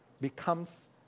becomes